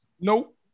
Nope